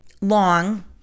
long